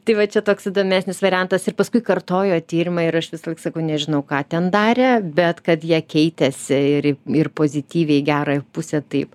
tai va čia toks įdomesnis variantas ir paskui kartojo tyrimą ir aš visąlaik sakau nežinau ką ten darė bet kad jie keitėsi ir ir pozityviai į gerąją pusę taip